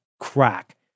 Crack